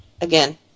Again